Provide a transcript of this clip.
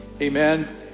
Amen